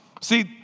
See